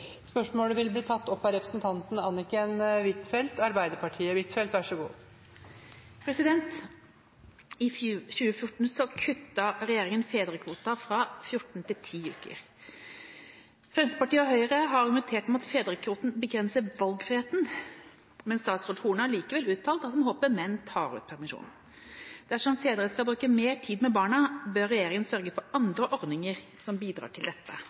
Høyre har argumentert med at fedrekvoten begrenser valgfriheten, men statsråd Solveig Horne har likevel uttalt at hun håper menn tar ut mer permisjon. Dersom fedre skal bruke mer tid med barna sine, bør regjeringen sørge for andre ordninger som bidrar til dette.